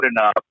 enough